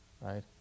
Right